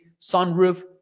sunroof